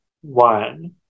one